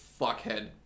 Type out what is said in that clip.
fuckhead